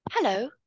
Hello